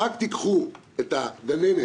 רק קחו את הגננת.